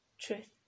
truth